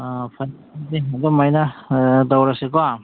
ꯑꯥ ꯐꯅꯤ ꯐꯅꯤ ꯑꯗꯨꯃꯥꯏꯅ ꯑꯥ ꯇꯧꯔꯁꯤꯀꯣ